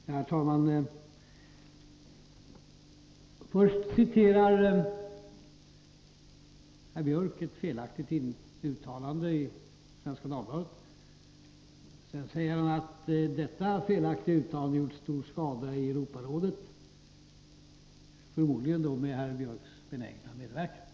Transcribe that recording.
Herr talman! Först citerar herr Björck ett felaktigt uttalande i Svenska Dagbladet. Sedan säger han att detta felaktiga uttalande har gjort stor skada i Europarådet — förmodligen då med herr Björcks benägna medverkan.